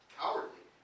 cowardly